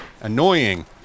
annoying